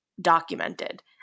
documented